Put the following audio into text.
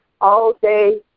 all-day